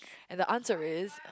and the answer is